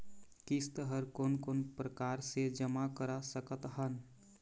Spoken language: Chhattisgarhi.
किस्त हर कोन कोन प्रकार से जमा करा सकत हन?